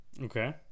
Okay